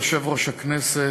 אדוני יושב-ראש הכנסת,